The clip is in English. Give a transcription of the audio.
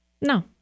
No